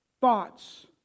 thoughts